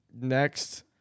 Next